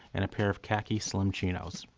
and a pair of khaki slim chinos.